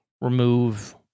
remove